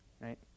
right